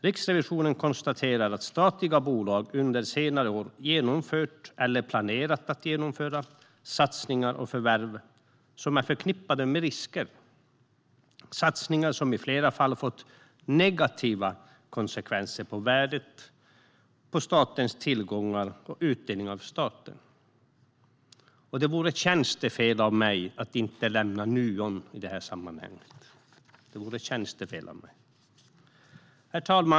Riksrevisionen konstaterar att statliga bolag under senare år har genomfört eller planerat att genomföra satsningar och förvärv som är förknippade med risker - satsningar som i flera fall har fått negativa konsekvenser för värdet på statens tillgångar och utdelning för staten. Det vore tjänstefel av mig att inte nämna Nuon i det här sammanhanget. Herr talman!